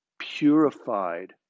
purified